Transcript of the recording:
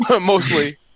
Mostly